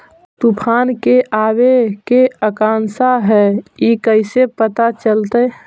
तुफान के आबे के आशंका है इस कैसे पता चलतै?